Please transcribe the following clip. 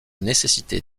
nécessité